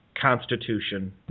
Constitution